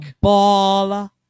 ball